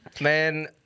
man